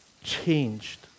changed